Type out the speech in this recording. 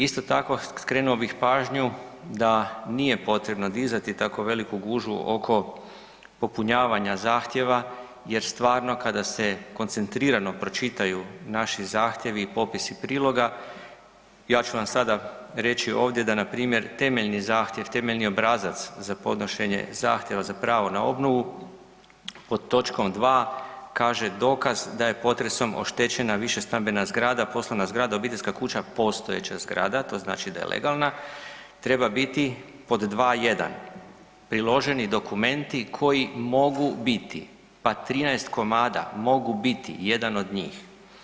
Isto tako, skrenuo bih pažnju da nije potrebno dizati tako veliku gužvu oko popunjavanja zahtjeva, jer stvarno kada se koncentrirano pročitaju naši zahtjevi i popisi priloga ja ću vam sada reći ovdje da na primjer temeljni zahtjev, temeljni obrazac za podnošenje zahtjeva za pravo na obnovu pod točkom dva kaže dokaz da je potresom oštećena više stambena zgrada, poslovna zgrada, obiteljska kuća, postojeća zgrada to znači da je legalna treba biti pod 2.1 Priloženi dokumenti koji mogu biti pa 13 komada mogu biti jedan od njih.